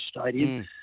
stadium